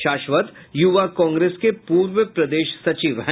शाश्वत युवा कांग्रेस के पूर्व प्रदेश सचिव हैं